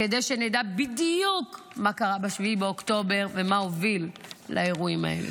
כדי שנדע בדיוק מה קרה ב-7 באוקטובר ומה הוביל לאירועים האלה.